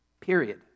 period